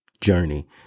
journey